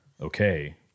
Okay